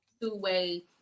two-way